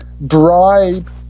bribe